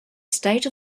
state